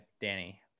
Danny